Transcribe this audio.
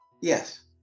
Yes